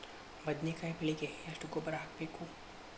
ಬದ್ನಿಕಾಯಿ ಬೆಳಿಗೆ ಎಷ್ಟ ಗೊಬ್ಬರ ಹಾಕ್ಬೇಕು?